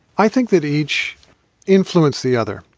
i think that each influenced the other.